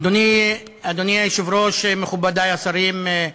אדוני היושב-ראש, מכובדי השרים,